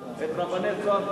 את רבני "צהר",